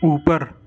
اوپر